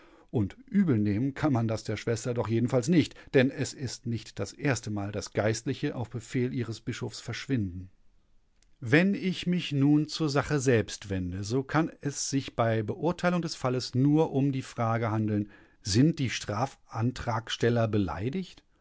und übelnehmen kann man das der schwester doch jedenfalls nicht denn es ist nicht das erstemal daß geistliche auf befehl ihres bischofs verschwinden wenn ich mich nun zur sache selbst wende so kann es sich bei beurteilung des falles nur um die frage handeln sind die strafantragsteller beleidigt